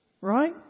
Right